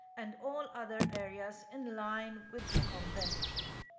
and all other areas in line with the convention.